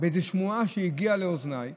יש איזו שמועה שהגיעה לאוזניי